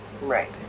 right